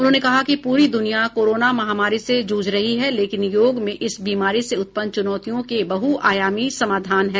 उन्होंने कहा कि पूरी दुनिया कोरोना महामारी से जूझ रही है लेकिन योग में इस बीमारी से उत्पन्न चुनौतियों के बहुआयामी समाधान हैं